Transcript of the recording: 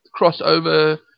crossover